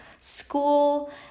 school